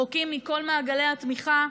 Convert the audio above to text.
רחוקים מכל מעגלי התמיכה,